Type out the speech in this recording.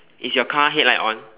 is your car headlight on